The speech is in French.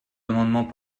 amendements